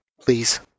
please